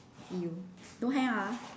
see you don't hang up ah